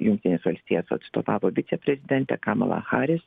jungtines valstijas atstovavo viceprezidentė kamala haris